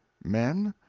men?